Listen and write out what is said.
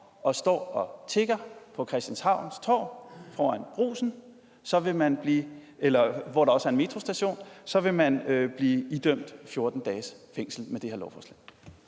og står og tigger på Christianshavns Torv foran Brugsen, hvor der også er en metrostation, så vil man blive idømt 14 dages fængsel med det her lovforslag?